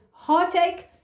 heartache